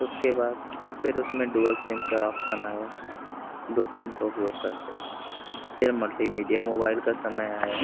उसके बाद फिर उसमें डुअल सिम का ऑप्सन आया दो सिम का उपयोग करते थे फिर मल्टीमीडिया मोबाइल का समय आया